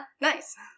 Nice